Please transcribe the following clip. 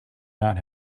not